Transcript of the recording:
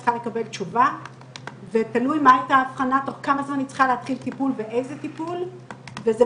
נצליח לגלות ולכן צריך לקחת בזהירות את תוצאות המחקרים